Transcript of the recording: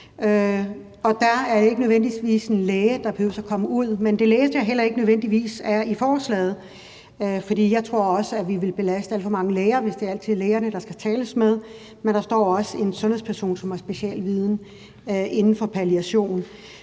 er der ikke nødvendigvis en læge, der kommer ud, men det læste jeg heller ikke nødvendigvis er sådan i forslaget. For jeg tror også, at vi vil belaste alt for mange læger, hvis det altid er lægerne, der skal tales med. Men der står også, at det kan være en sundhedsperson, som har en specialviden inden for palliation.